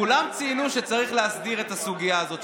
כולם ציינו שצריך להסדיר את הסוגיה הזאת,